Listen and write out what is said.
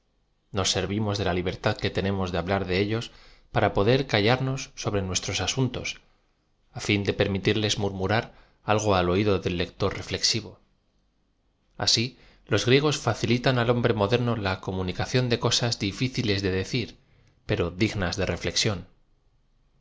nos servimos de la libertad que tenemos de hablar de ellos p ara poder callarnos sobre nuestros asuntos á fin de perm itirles murmurar algo al oído del lector reflexivo a si los griegos facilitan al hom bre moderno la comunicación de cosas dificiles de de cir pero dignas de reflexión